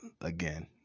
again